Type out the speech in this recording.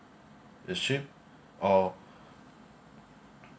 is cheap or